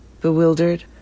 bewildered